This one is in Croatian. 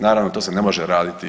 Naravno to se ne može raditi.